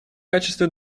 качестве